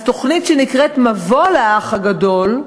אז תוכנית שנקראת "מבוא לאח הגדול",